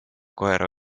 koera